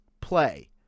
play